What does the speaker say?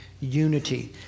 unity